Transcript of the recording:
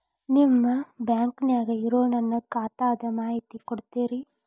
ನಿಮ್ಮ ಬ್ಯಾಂಕನ್ಯಾಗ ಇರೊ ನನ್ನ ಖಾತಾದ ಮಾಹಿತಿ ಕೊಡ್ತೇರಿ?